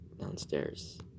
downstairs